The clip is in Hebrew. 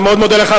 אני מאוד מודה לך.